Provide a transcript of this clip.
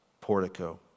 portico